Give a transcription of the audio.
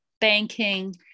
banking